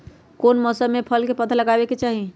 कौन मौसम में फल के पौधा लगाबे के चाहि?